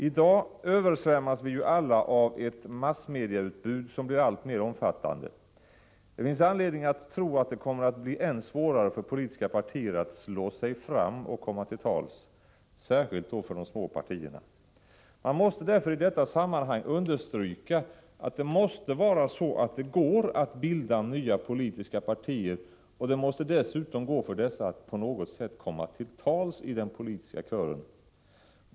I dag översvämmas vi alla av ett massmediautbud som blir alltmer omfattande. Det finns anledning att tro att det kommer att bli än svårare för politiska partier att slå sig fram och komma till tals, särskilt för de små partierna. Man måste därför i detta sammanhang understryka att det måste vara möjligt att bilda nya politiska partier, och det måste dessutom vara möjligt för dessa att på något sätt komma till tals i den politiska kören.